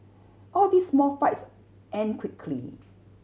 all these small fights end quickly